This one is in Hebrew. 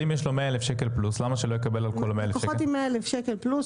ואם יש לו 100,000 שקל פלוס,